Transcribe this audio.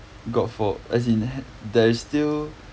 got for as in ha~ there is still